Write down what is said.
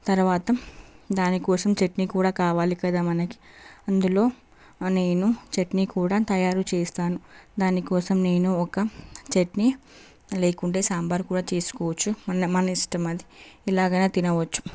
తర్వాత దానికోసం చట్నీ కూడా కావాలి కదా మనకి అందులో నేను చట్నీ కూడా తయారు చేస్తాను దాని కోసం నేను ఒక చట్నీ లేకుంటే సాంబార్ కూడా చేసుకోవచ్చు మన ఇష్టమది ఇలాగైనా తినవచ్చు